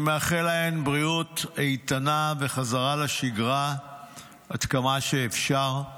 אני מאחל להן בריאות איתנה וחזרה לשגרה עד כמה שאפשר.